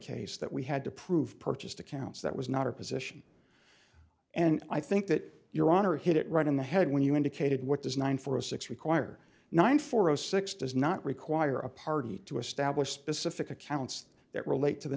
case that we had to prove purchased accounts that was not our position and i think that your honor hit it right in the head when you indicated what does nine for a six require nine four zero six does not require a party to establish specific accounts that relate to the